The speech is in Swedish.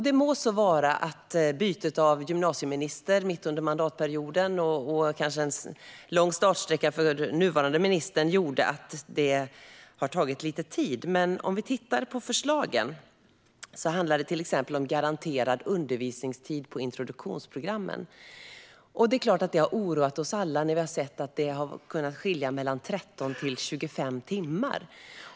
Det må så vara att bytet av gymnasieminister mitt under mandatperioden och kanske en lång startsträcka för nuvarande ministern gjorde att det har tagit lite tid. Om vi tittar på förslagen handlar det till exempel om garanterad undervisningstid på introduktionsprogrammen. Det är klart att det har oroat oss alla när vi har sett att det kunnat skilja mellan 13 och 25 timmar.